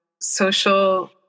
social